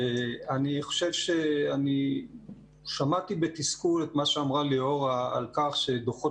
אני שמעתי בתסכול מה שאמרה ליאורה על כך שדוחות